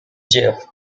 jeff